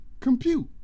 compute